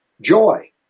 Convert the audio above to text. joy